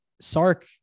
Sark